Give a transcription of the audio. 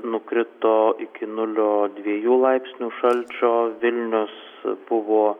nukrito iki nulio dviejų laipsnių šalčio vilnius buvo